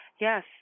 Yes